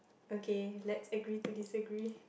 okay let's agree to disagree